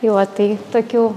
tai va tai tokių